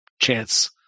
chance